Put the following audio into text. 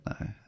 no